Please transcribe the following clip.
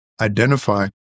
identify